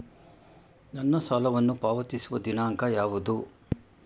ನನ್ನ ಸಾಲವನ್ನು ಪಾವತಿಸುವ ದಿನಾಂಕ ಯಾವುದು?